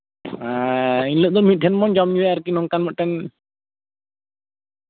ᱦᱮᱸᱻ ᱮᱱᱦᱤᱞᱳᱜ ᱫᱚ ᱢᱤᱫᱴᱷᱮᱱ ᱵᱚᱱ ᱡᱚᱢ ᱧᱩᱭᱟ ᱟᱨᱠᱤ ᱱᱚᱝᱠᱟᱱ ᱢᱤᱫᱴᱮᱱ